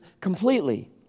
completely